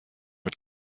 mit